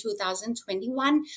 2021